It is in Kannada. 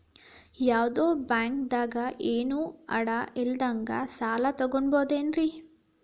ಯಾವ್ದೋ ಬ್ಯಾಂಕ್ ದಾಗ ಏನು ಅಡ ಇಲ್ಲದಂಗ ಸಾಲ ತಗೋಬಹುದೇನ್ರಿ?